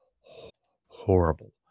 horrible